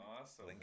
Awesome